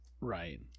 right